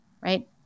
right